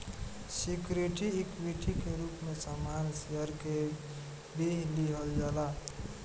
security equity के रूप में सामान्य शेयर के भी लिहल जाला